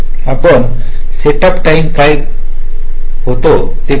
आपण setup time काय होता हे पाहू